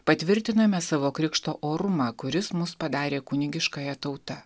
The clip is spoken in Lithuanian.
patvirtiname savo krikšto orumą kuris mus padarė kunigiškąja tauta